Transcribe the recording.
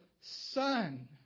son